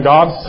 God